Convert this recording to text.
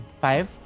five